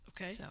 Okay